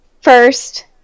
first